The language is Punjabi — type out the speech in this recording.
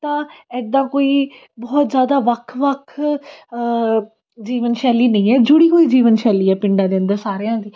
ਤਾਂ ਇੱਦਾਂ ਕੋਈ ਬਹੁਤ ਜ਼ਿਆਦਾ ਵੱਖ ਵੱਖ ਜੀਵਨ ਸ਼ੈਲੀ ਨਹੀਂ ਹੈ ਜੁੜੀ ਹੋਈ ਜੀਵਨ ਸ਼ੈਲੀ ਹੈ ਪਿੰਡਾਂ ਦੇ ਅੰਦਰ ਸਾਰਿਆਂ ਦੀ